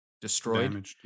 destroyed